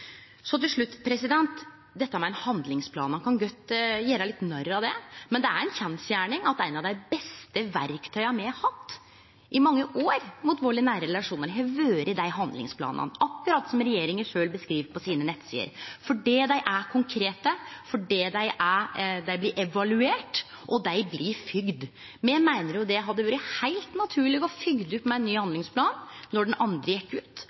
Så til slutt dette med ein handlingsplan: Ein kan godt gjere litt narr av det, men det er ei kjensgjerning at eit av dei beste verktøya me i mange år har hatt mot vald i nære relasjonar, har vore dei handlingsplanane – akkurat som regjeringa sjølv skriv på sine nettsider – fordi dei er konkrete, fordi dei blir evaluerte, og dei blir fylgde. Me meiner det hadde vore heilt naturleg å fylgje opp med ein ny handlingsplan når den andre gjekk ut,